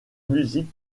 musique